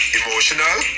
emotional